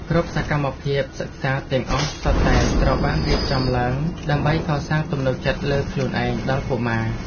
គ្រប់សកម្មភាពសិក្សាទាំងអស់សុទ្ធតែត្រូវបានរៀបចំឡើងដើម្បីកសាងទំនុកចិត្តលើខ្លួនឯងដល់កុមារ។